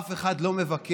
אף אחד לא מבקר,